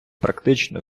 практично